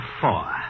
four